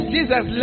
Jesus